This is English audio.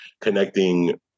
connecting